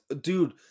dude